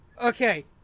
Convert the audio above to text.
Okay